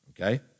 okay